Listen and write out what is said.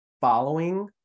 Following